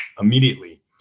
immediately